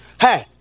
Hey